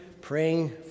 praying